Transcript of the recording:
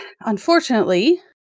unfortunately